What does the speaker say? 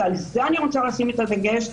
ועל זה אני רוצה לשים את הדגש,